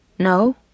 no